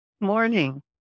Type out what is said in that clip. Morning